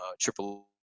Triple